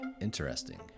Interesting